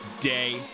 day